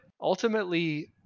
ultimately